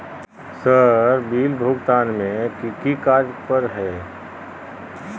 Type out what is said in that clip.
Sir bill भुगतान में की की कार्य पर हहै?